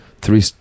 three